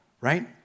right